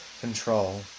control